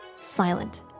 silent